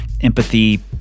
empathy